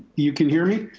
you can hear me?